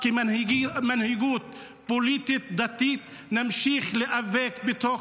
כמנהיגות פוליטית ודתית נמשיך להיאבק בתוך